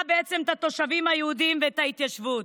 בעצם את התושבים היהודים ואת ההתיישבות.